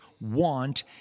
want